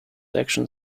action